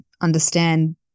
understand